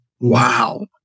Wow